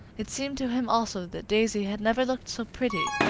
it seemed to him also that daisy had never looked so pretty,